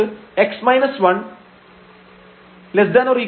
നമുക്ക് x 1≦0